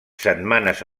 setmanes